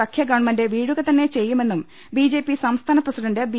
സഖ്യഗവൺമെന്റ് വീഴുകതന്നെ ചെയ്യുമെന്നും ബിജെപി സംസ്ഥാന പ്രസിഡന്റ് ബി